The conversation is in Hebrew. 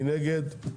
מי נגד?